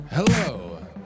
Hello